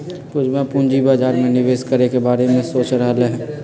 पूजवा पूंजी बाजार में निवेश करे के बारे में सोच रहले है